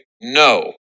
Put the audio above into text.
no